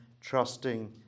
trusting